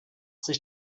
sich